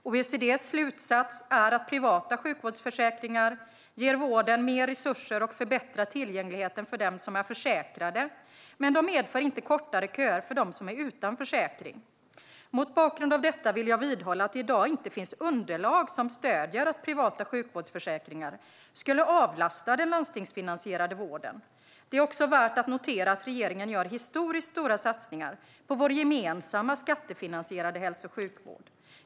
OECD:s slutsats är att privata sjukvårdsförsäkringar ger vården mer resurser och förbättrar tillgängligheten för dem som är försäkrade, men de medför inte kortare köer för dem som är utan försäkring. Mot bakgrund av detta vill jag vidhålla att det i dag inte finns underlag som stöder att privata sjukvårdsförsäkringar skulle avlasta den landstingsfinansierade vården. Det är också värt att notera att regeringen gör historiskt stora satsningar på vår gemensamma skattefinansierade hälso-och sjukvård.